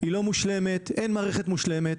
היא לא מושלמת, אין מערכת מושלמת.